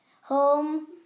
Home